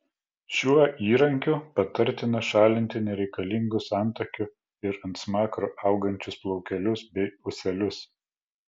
šiuo įrankiu patartina šalinti nereikalingus antakių ir ant smakro augančius plaukelius bei ūselius